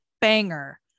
banger